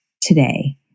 today